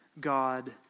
God